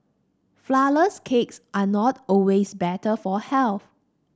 flourless cakes are not always better for health